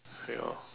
ya